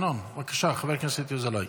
חבר הכנסת ינון אזולאי,